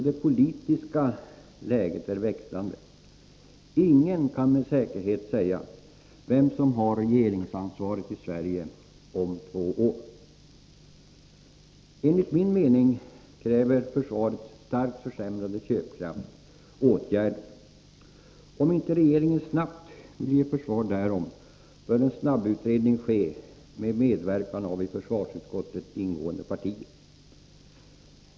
Det politiska läget växlar. Ingen kan med säkerhet säga vem som har regeringsansvaret i Sverige om två år. Enligt min mening krävs det åtgärder på grund av försvarets starkt försämrade köpkraft. Om inte regeringen snabbt ger förslag därom bör en snabbutredning ske med medverkan av de partier som ingår i försvarsutskottet.